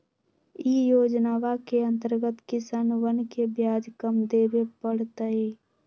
ई योजनवा के अंतर्गत किसनवन के ब्याज कम देवे पड़ तय